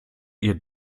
ihr